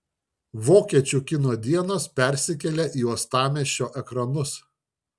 vokiečių kino dienos persikelia į uostamiesčio ekranus